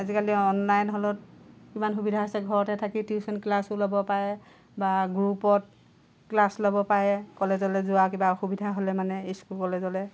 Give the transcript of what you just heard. আজিকালি অনলাইন হ'লত কিমান সুবিধা হৈছে ঘৰতে থাকি টিউচন ক্লাছ ল'ব পাৰে বা গ্ৰুপত ক্লাছ ল'ব পাৰে কলেজলৈ যোৱা কিবা অসুবিধা হ'লে মানে স্কুল কলেজলৈ